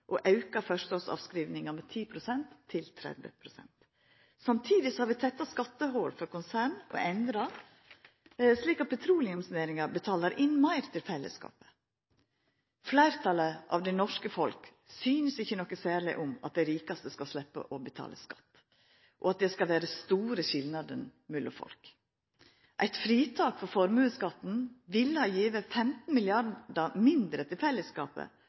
og auka førsteårsavskrivinga med 10 pst., til 30 pst. Samtidig har vi tetta skattehol for konsern og endra slik at petroleumsnæringa betalar inn meir til fellesskapet. Fleirtalet av det norske folket synest ikkje noko særleg om at dei rikaste skal sleppa å betala skatt, og at det skal vera store skilnader mellom folk. Eit fritak for formuesskatten ville ha gjeve 15 mrd. kr mindre til fellesskapet